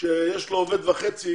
שיש לו עובד וחצי,